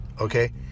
okay